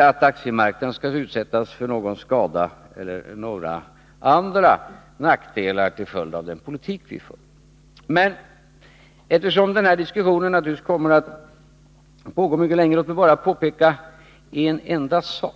att aktiemarknaden skall utsättas för någon skada eller några andra nackdelar till följd av den politik vi för. Men eftersom denna diskussion naturligtvis kommer att pågå mycket länge vill jag bara påpeka en enda sak.